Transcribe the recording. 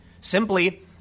Simply